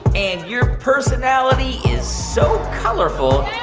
and your personality is so colorful,